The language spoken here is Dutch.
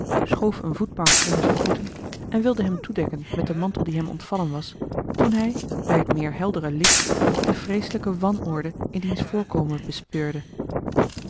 schoof eene voetbank onder zijne voeten en wilde hem toedekken met den mantel die hem ontvallen was toen hij bij het meer heldere licht de vreeselijke wanorde in diens voorkomen bespeurde